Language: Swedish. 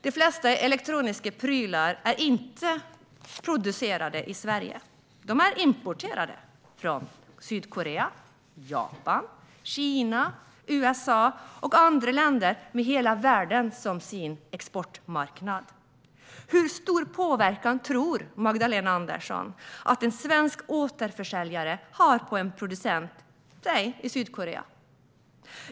De flesta elektroniska prylar är inte producerade i Sverige. De är importerade från Sydkorea, Japan, Kina, USA och andra länder med hela världen som sin exportmarknad. Hur stor påverkan tror Magdalena Andersson att en svensk återförsäljare har på en producent i till exempel Sydkorea?